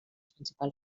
principals